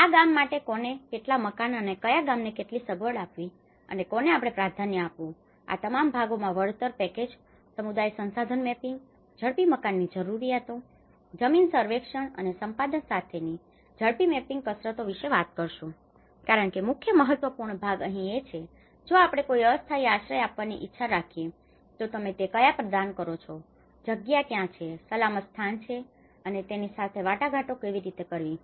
આ ગામ માટે કોને કેટલા મકાનો અને કયા ગામને કેટલી સગવડ આપવી અને કોને આપણે પ્રાધાન્ય આપવું આ તમામ ભાગોમાં વળતર પેકેજો સમુદાય સંસાધન મેપિંગ ઝડપી મકાનોની જરૂરિયાતો જમીન સર્વેક્ષણ અને સંપાદન સાથે ઝડપી મેપિંગ કસરતો વિશે વાત કરીશું કારણકે મુખ્ય મહત્વપૂર્ણ ભાગ અહીં છે કે જો આપણે કોઈ અસ્થાયી આશ્રય આપવાની ઇચ્છા રાખીએ તો તમે તે ક્યાં પ્રદાન કરો છો જગ્યા ક્યાં છે સલામત સ્થાન છે અને તેની સાથે વાટાઘાટો કેવી રીતે કરવી